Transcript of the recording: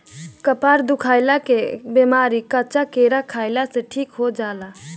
कपार दुखइला के बेमारी कच्चा केरा खइला से ठीक हो जाला